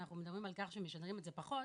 אנחנו מדברים על כך שמשדרים את זה פחות,